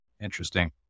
Interesting